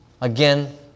Again